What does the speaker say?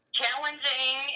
challenging